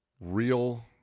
Real